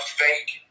fake